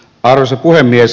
arvoisa puhemies